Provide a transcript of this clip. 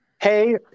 Hey